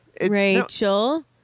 Rachel